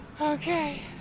Okay